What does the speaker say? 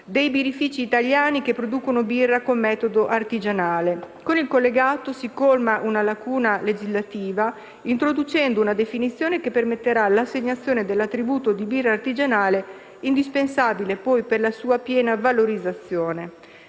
dei birrifici italiani che producono birra con metodo artigianale. Con il collegato si colma una lacuna legislativa, introducendo una definizione che permetterà l'assegnazione dell'attributo di birra artigianale, indispensabile per la piena valorizzazione